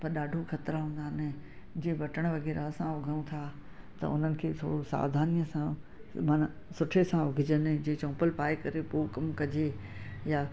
पर ॾाढो ख़तरा हूंदा आहिनि जीअं बटण वग़ैरह असां उघूं था त उन्हनि खे बि थोरो सावधानीअ सां माना सुठे सां उघजनि जीअं चम्पलु पाए करे पोइ कम कजे या